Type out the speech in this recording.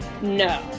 No